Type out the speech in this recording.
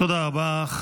תודה רבה.